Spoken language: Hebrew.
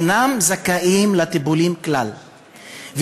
אינם זכאים לטיפולים כלל,